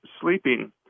sleeping